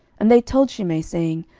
and they told shimei, saying,